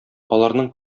аларның